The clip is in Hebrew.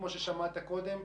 כמו ששמעת קודם,